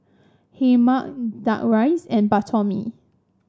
Hae Mee duck rice and Bak Chor Mee